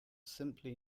simply